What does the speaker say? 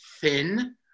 thin